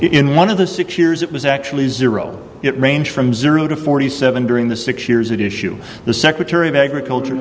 in one of the six years it was actually zero it range from zero to forty seven during the six years that issue the secretary of agriculture